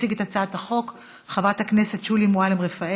תציג את הצעת החוק חברת הכנסת שולי מועלם-רפאלי,